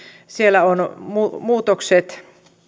siellä on muutokset